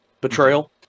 betrayal